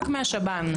רק מהשב"ן.